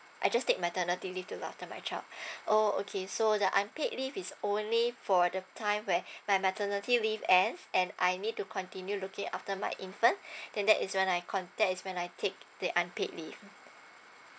I just take maternity leave to look after my child orh okay so the unpaid leave is only for the time where my maternity leave ends and I need to continue looking after my infant then that is when I con~ that is when I take the unpaid leave